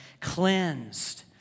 cleansed